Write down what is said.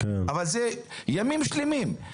אבל זה ימים שלמים.